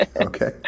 Okay